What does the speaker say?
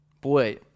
Boy